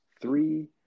Three